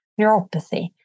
neuropathy